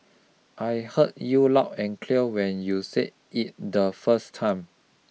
I heard you loud and clear when you said it the first time